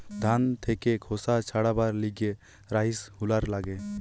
ধান থেকে খোসা ছাড়াবার লিগে রাইস হুলার লাগে